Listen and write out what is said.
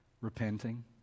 Repenting